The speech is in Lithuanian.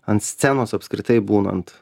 ant scenos apskritai būnant